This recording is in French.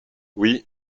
oui